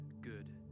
good